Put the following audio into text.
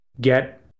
get